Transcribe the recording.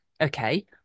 okay